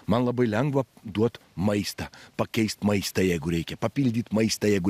man labai lengva duot maistą pakeist maistą jeigu reikia papildyt maistą jeigu